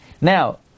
Now